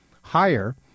higher